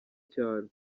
cyane